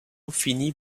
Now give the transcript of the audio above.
finit